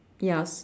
ya